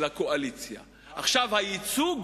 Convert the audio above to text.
הקואליציה,